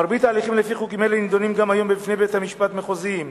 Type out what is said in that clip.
מרבית ההליכים לפי חוקים אלה נדונים גם היום בפני בתי-המשפט המחוזיים.